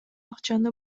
акчаны